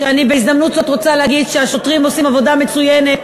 אני בהזדמנות זאת רוצה להגיד שהשוטרים עושים עבודה מצוינת,